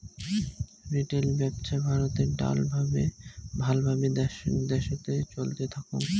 retail ব্যপছা ভারতে ভাল ভাবে দ্যাশোতে চলতে থাকং